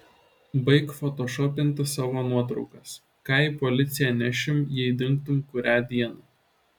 baik fotošopinti savo nuotraukas ką į policiją nešim jei dingtum kurią dieną